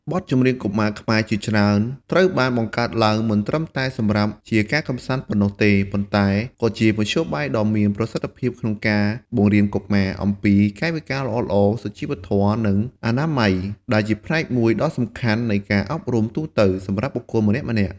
បទចម្រៀងកុមារខ្មែរជាច្រើនត្រូវបានបង្កើតឡើងមិនត្រឹមតែសម្រាប់ជាការកម្សាន្តប៉ុណ្ណោះទេ ប៉ុន្តែក៏ជាមធ្យោបាយដ៏មានប្រសិទ្ធភាពក្នុងការបង្រៀនកុមារអំពី កាយវិការល្អៗ (សុជីវធម៌) និង អនាម័យ ដែលជាផ្នែកមួយដ៏សំខាន់នៃការអប់រំទូទៅសម្រាប់បុគ្គលម្នាក់ៗ។